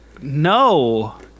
No